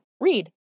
read